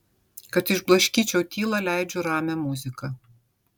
kad išblaškyčiau tylą leidžiu ramią muziką